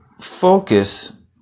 focus